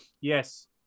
yes